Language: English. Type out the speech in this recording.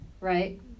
right